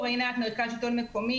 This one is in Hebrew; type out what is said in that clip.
אני עינת ממרכז השלטון המקומי,